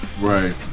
right